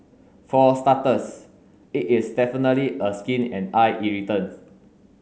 for starters it is definitely a skin and eye irritant